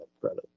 credit